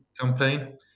campaign